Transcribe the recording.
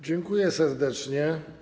Dziękuję serdecznie.